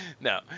No